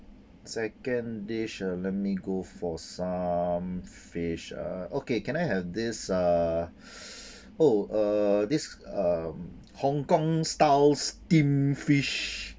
second dish uh let me go for some fish uh okay can I have this uh oh uh this uh Hong-Kong style steamed fish